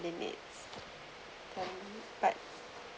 limits but